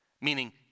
Meaning